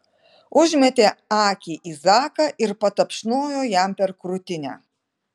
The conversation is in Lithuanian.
užmetė akį į zaką ir patapšnojo jam per krūtinę